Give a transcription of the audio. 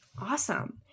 Awesome